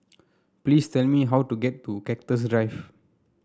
please tell me how to get to Cactus Drive